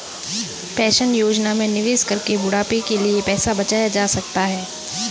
pension योजना में निवेश करके बुढ़ापे के लिए पैसा बचाया जा सकता है